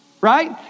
right